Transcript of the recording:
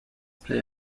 play